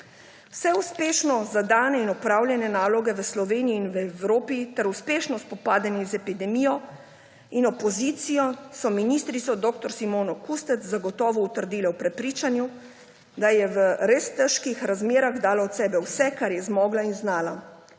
Vse uspešno zadane in opravljene naloge v Sloveniji in v Evropi ter uspešno spopadanje z epidemijo in opozicijo so ministrico dr. Simono Kustec zagotovo utrdili v prepričanju, da je v res težkih razmerah dala od sebe vse, kar je zmogla in znala.